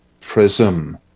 prism